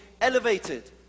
elevated